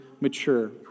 mature